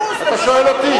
אתה שואל אותי?